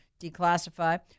declassify